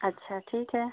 अच्छा ठीक है